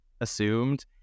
assumed